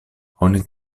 oni